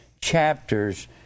chapters